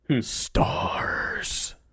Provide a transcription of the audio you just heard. stars